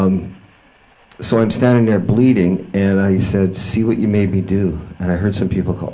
um so i'm standing there, bleeding, and i said, see what you made me do? and i heard some people